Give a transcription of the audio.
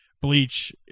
Bleach